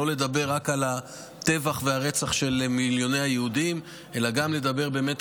לא לדבר רק על הטבח והרצח של מיליוני היהודים אלא גם לדבר באמת